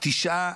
מתשעה